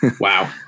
Wow